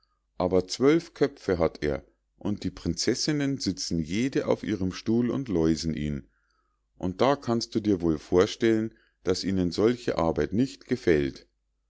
aber zwölf köpfe hat er und die prinzessinnen sitzen jede auf ihrem stuhl und läusen ihn und da kannst du dir wohl vorstellen daß ihnen solche arbeit nicht gefällt